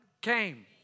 came